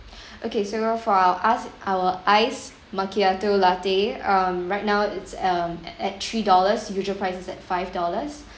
okay so for us our ice macchiato latte um right now it's um at three dollars usual price is at five dollars